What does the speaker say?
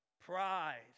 pride